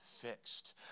fixed